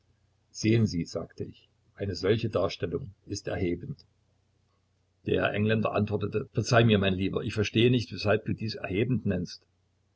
sehen sie sagte ich eine solche darstellung ist erhebend der engländer antwortete verzeih mir mein lieber ich verstehe nicht weshalb du dies erhebend nennst